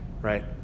right